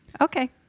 Okay